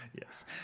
Yes